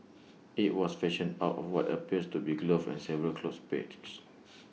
IT was fashioned out of what appears to be A glove and several clothes pegs